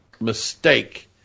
mistake